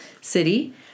city